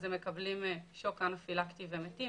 הם מקבלים שוק אנפילקטי והם מתים,